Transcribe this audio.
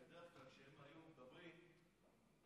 כשהם היו מדברים,